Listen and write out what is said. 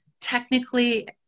technically